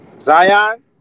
Zion